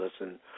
listen